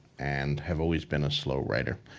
and have always been a slow writer.